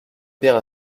père